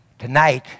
Tonight